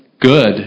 good